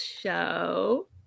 show